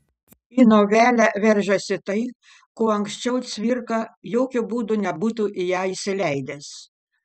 į novelę veržiasi tai ko anksčiau cvirka jokiu būdu nebūtų į ją įsileidęs